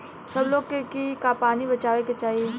सब लोग के की पानी बचावे के चाही